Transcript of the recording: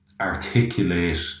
articulate